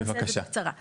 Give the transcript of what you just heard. אעשה את זה בקצרה.